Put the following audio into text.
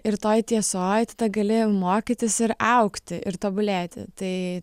ir toj tiesoj tada gali mokytis ir augti ir tobulėti tai